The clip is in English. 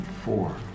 four